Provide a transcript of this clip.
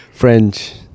French